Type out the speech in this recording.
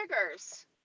triggers